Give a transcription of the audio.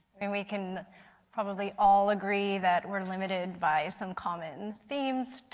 and we can probably all agree that we are limited by some common themes,